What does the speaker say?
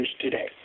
today